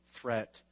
threat